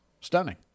stunning